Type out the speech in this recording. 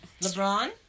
LeBron